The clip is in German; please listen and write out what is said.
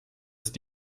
ist